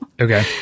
Okay